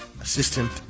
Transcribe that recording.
assistant